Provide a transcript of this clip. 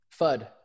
FUD